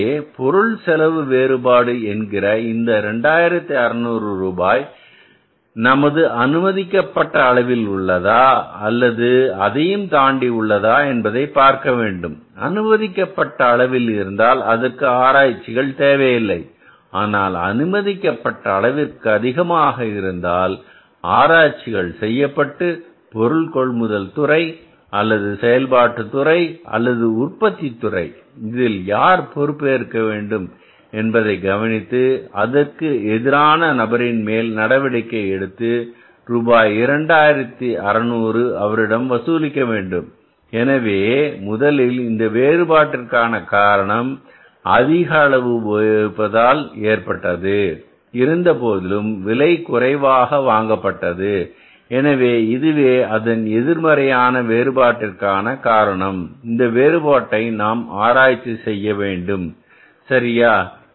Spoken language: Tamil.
எனவே பொருள் செலவு வேறுபாடு என்கிற இந்த 2600 ரூபாய் நமது அனுமதிக்கப்பட்ட அளவில் உள்ளதா அல்லது அதையும் தாண்டி உள்ளதா என்பதை பார்க்கவேண்டும் அனுமதிக்கப்பட்ட அளவிற்கு இருந்தால் அதற்கு ஆராய்ச்சிகள் தேவையில்லை ஆனால் அனுமதிக்கப்பட்ட அளவிற்கு அதிகமாக இருந்தால் ஆராய்ச்சிகள் செய்யப்பட்டு பொருள் கொள்முதல் துறை அல்லது செயல்பாட்டு துறை அல்லது உற்பத்தித்துறை இதில் யார் பொறுப்பு என்பதை கவனித்து அதற்கு எதிரான நபரின் மேல் நடவடிக்கை எடுத்து ரூபாய் 2600 அவரிடம் வசூலிக்க வேண்டும் எனவே முதலில் இந்த வேறுபாட்டிற்கான காரணம் அதிக அளவு உபயோகத்தால் ஏற்பட்டது இருந்தபோதிலும் விலை குறைவாக வாங்கப்பட்டது எனவே இதுவே அதன் எதிர்மறையான வேறுபாட்டிற்கான காரணம் இந்த வேறுபாட்டை நாம் ஆராய்ச்சி செய்ய வேண்டும் சரியா